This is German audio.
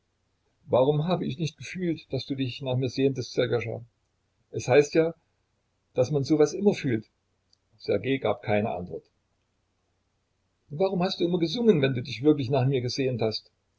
warum habe ich nicht gefühlt daß du dich nach mir sehntest sserjoscha es heißt ja daß man so was immer fühlt sjergej gab keine antwort warum hast du immer gesungen wenn du dich wirklich nach mir gesehnt hast